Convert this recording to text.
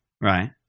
Right